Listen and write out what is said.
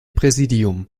präsidium